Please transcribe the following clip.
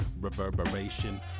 reverberation